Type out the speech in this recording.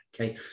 Okay